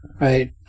right